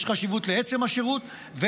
יש חשיבות לעצם השירות,